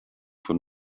von